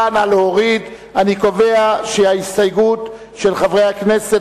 ההסתייגות של חברי הכנסת